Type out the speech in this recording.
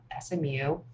SMU